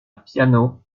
piano